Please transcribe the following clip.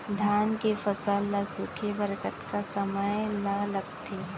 धान के फसल ल सूखे बर कतका समय ल लगथे?